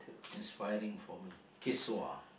inspiring for me